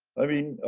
i mean,